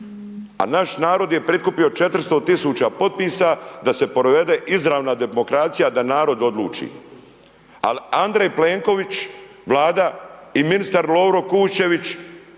a naš narod je prikupio 400 000 popisa da se provede izravna demokracija, da narod odluči ali Andrej Plenković, Vlada i ministar Lovro Kuščević